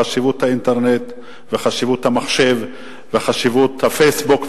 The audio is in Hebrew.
חשיבות האינטרנט וחשיבות המחשב וחשיבות ה"פייסבוק",